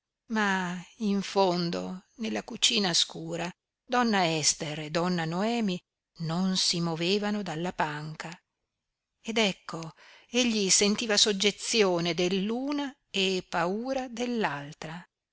ma in fondo nella cucina scura donna ester e donna noemi non si movevano dalla panca ed ecco egli sentiva soggezione dell'una e paura